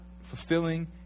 fulfilling